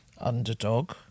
underdog